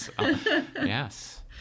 Yes